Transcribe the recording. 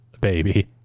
baby